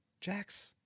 Jax